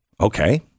Okay